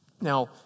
Now